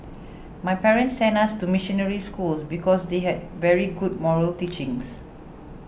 my parents sent us to missionary schools because they had very good moral teachings